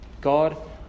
God